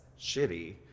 shitty